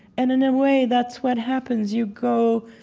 and in a way, that's what happens. you go